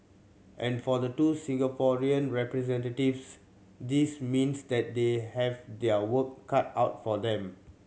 and for the two Singaporean representatives this means that they have their work cut out for them